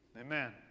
Amen